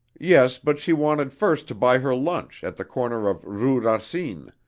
yes, but she wanted first to buy her lunch at the corner of rue racine,